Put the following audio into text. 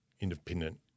independent